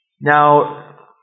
Now